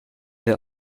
der